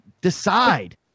decide